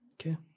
Okay